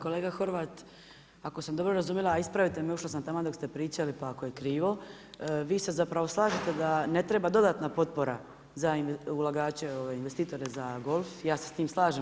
Kolega Horvat, ako sam dobro razumjela, a ispravite me, ušla sam taman dok ste pričali, pa ako je krivo vi se zapravo slažete da ne treba dodatna potpora za ulagače, investitore za golf, ja se s tim slažem.